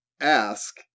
ask